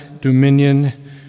dominion